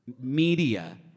media